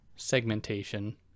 segmentation